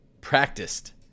practiced